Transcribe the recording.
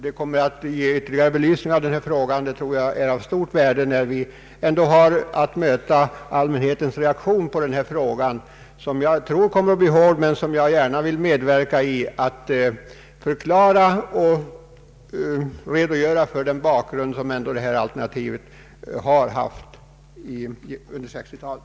Den kommer att ge ytterligare belysning åt frågan, och det tror jag är av stort värde när vi har att möta allmänhetens reaktion, som jag tror kommer att bli hård. Men jag vill gärna medverka och förklara och redogöra för den bakgrund som riksdagen har haft när man beslutat om svensk atomenergi under 1960-talet.